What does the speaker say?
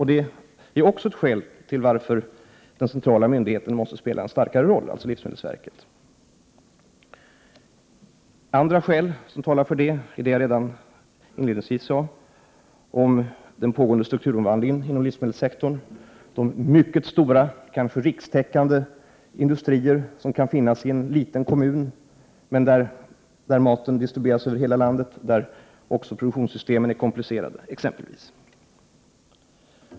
Det är också ett skäl till att den centrala myndigheten, dvs. livsmedelsverket, måste spela en starkare roll. Andra skäl som talar för att den centrala kontrollen är viktig är det som jag talade om inledningsvis, den pågående strukturomvandlingen i livsmedelssektorn, som innebär att mycket stora, kanske rikstäckande industrier med komplicerade produktionssystem, som kan finnas i en liten kommun, distribuerar mat över hela landet.